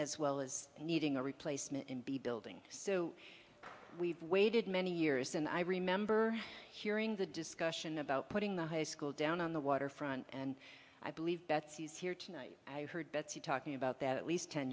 as well as needing a replacement and be building so we've waited many years and i remember hearing the discussion about putting the high school down on the waterfront and i believe betsy's here tonight i heard betsy talking about that at least ten